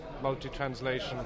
multi-translation